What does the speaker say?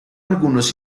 algunos